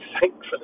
thankfully